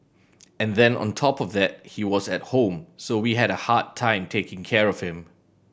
and then on top of that he was at home so we had a hard time taking care of him